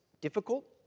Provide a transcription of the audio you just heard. difficult